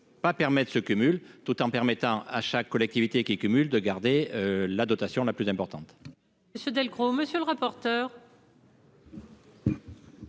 pas permettent ce cumul, tout en permettant à chaque collectivité qui cumule de garder la dotation la plus importante. Ce Delcros, monsieur le rapporteur.